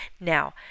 Now